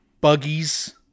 Buggies